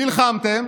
נלחמתם,